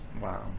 Wow